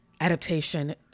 adaptation